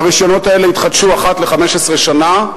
והרשיונות האלה יתחדשו אחת ל-15 שנה,